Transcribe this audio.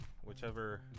whichever